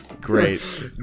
great